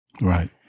Right